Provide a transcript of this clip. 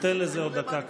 ניתן לזה עוד דקה קלה.